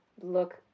look